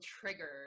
triggered